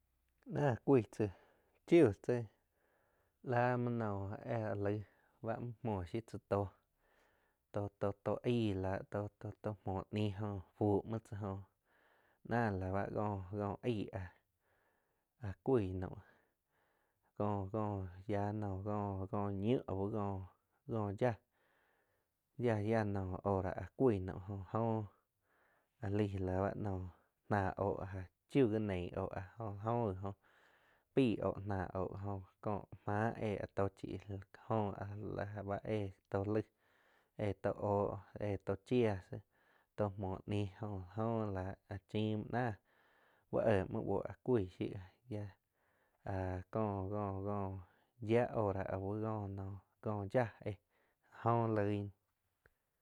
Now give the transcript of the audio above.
Náh cuig tzáh chiu tzé la muo naum éh áh laig báh muoh muo shiu cháh tó, tó-tó aig láh tó-tó muoh ñiu fu muo tzá joh náh la báh cóh aig áh cui ya naum có-có ñiu au có yiah, yia hora áh cuig naum jo oh áh laig la ba nóh náh óh chiu gi neig óh áh, jo gi óh pei óh náh óh jo ko máh éh tóh chiíh jo la ba éh tó laig éh tó óh, éh tó chiah síh tó muoh ni jo la jo la áh chin muoh náh úh éh muoh buoh cuig shui áh có-có yia hora au bá ko noh yia éh jóh loig náh.